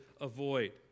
avoid